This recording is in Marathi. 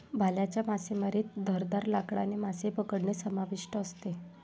भाल्याच्या मासेमारीत धारदार लाकडाने मासे पकडणे समाविष्ट असते